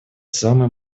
самые